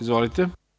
Izvolite.